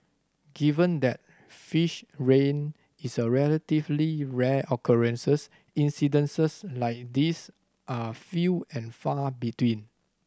given that fish rain is a relatively rare occurrences like these are few and far between